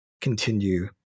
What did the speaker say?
continue